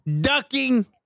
ducking